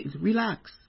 relax